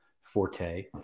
forte